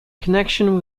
connection